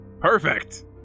Perfect